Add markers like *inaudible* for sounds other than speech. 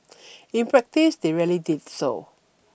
*noise* in practice they rarely did so